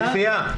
בכפייה.